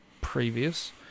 previous